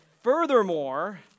furthermore